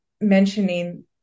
mentioning